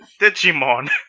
Digimon